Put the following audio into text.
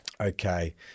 Okay